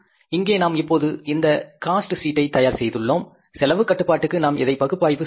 இங்கே நாம் இப்போது இந்த காஸ்ட் சீட்டை தயார் செய்துள்ளோம் செலவுக் கட்டுப்பாட்டுக்கு நாம் இதை பகுப்பாய்வு செய்ய வேண்டும்